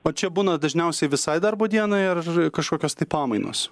o čia būna dažniausiai visai darbo dienai ar kažkokios tai pamainos